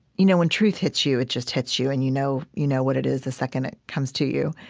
you know, when truth hits you, it just hits you and you know you know what it is the second it comes to you.